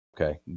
Okay